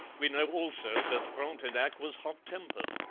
we know also that frontenac was hot-tempered.